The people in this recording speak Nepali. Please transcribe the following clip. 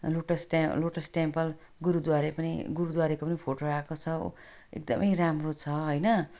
लोटस त्यहाँ लोटस टेम्पल गुरुद्वारे पनि गुरुद्वारेको पनि फोटो आएको छ एकदम राम्रो छ होइन